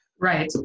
Right